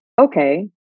okay